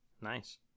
Nice